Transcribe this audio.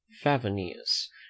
Favonius